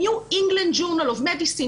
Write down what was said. ניו אינגלנד ז'ורנל אוף מדיסין,